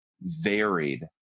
varied